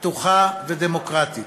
פתוחה ודמוקרטית.